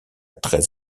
très